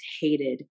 hated